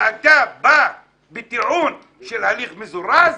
ואתה בא בטיעון של הליך מזורז?